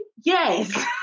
yes